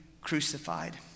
crucified